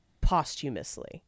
posthumously